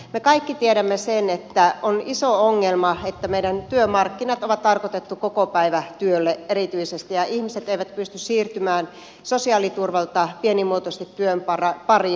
me kaikki tiedämme sen että on iso ongelma että meidän työmarkkinat on tarkoitettu kokopäivätyölle erityisesti ja ihmiset eivät pysty siirtymään sosiaaliturvalta pienimuotoisesti työn pariin